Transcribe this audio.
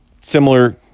similar